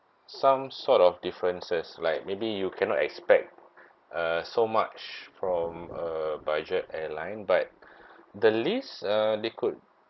some sort of differences like maybe you cannot expect uh so much from a budget airline but the least uh they could